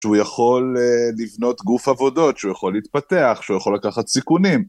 שהוא יכול לבנות גוף עבודות, שהוא יכול להתפתח, שהוא יכול לקחת סיכונים.